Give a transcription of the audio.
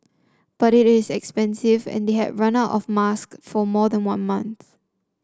but it is expensive and they had run out of mask for more than a month